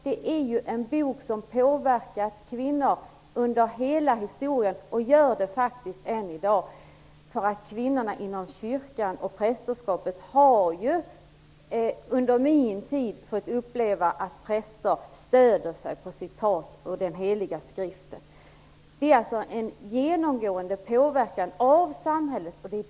Det är en bok som påverkat kvinnor genom hela historien och gör det faktiskt än i dag. Kvinnorna inom kyrkan och prästerskapet har ju under lång tid fått uppleva att präster stöder sig på citat från den heliga skriften. Det är alltså en genomgående påverkan av samhället.